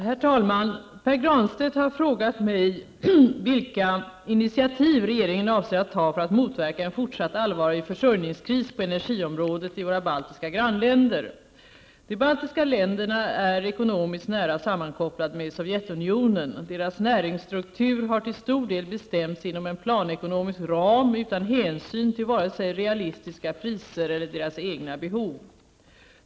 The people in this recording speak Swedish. Herr talman! Pär Granstedt har frågat mig vilka initiativ regeringen avser att ta för att motverka en fortsatt allvarlig försörjningkris på energiområdet i våra baltiska grannländer. De baltiska länderna är ekonomiskt nära sammankopplade med Sovjetunionen. Deras näringsstruktur har till stor del bestämts inom en planekonomisk ram utan hänsyn till vare sig realistiska priser eller deras egna behov.